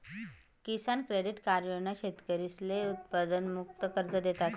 किसान credit card योजना शेतकरीसले अल्पमुदतनं कर्ज देतस